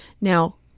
Now